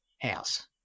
house